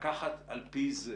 לקחת על פי זה